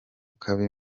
kabi